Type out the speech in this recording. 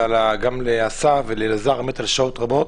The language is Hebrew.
וגם לאסף ולאלעזר על שעות רבות,